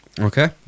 Okay